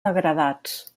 degradats